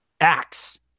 acts